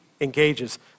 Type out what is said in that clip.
engages